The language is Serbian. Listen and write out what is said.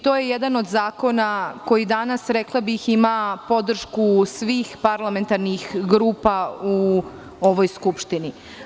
To je jedan od zakona koji danas, rekla bih, ima podršku svih parlamentarnih grupa u ovoj skupštini.